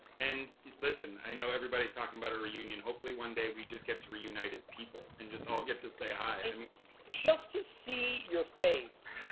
and listen, i know everybody's talking about a reunion. hopefully one day we just get to reunite as people and just all get to say hi. and steve just to see your face